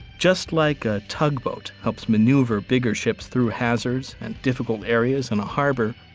just like a tugboat helps maneuver bigger ships through hazards and difficult areas in a harbor,